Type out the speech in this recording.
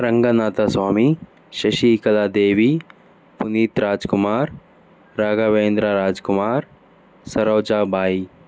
Ranganatha Swamy Shashikala Devi Puneeth Rajkumar Raghavendra Rajkumar Saroja Bai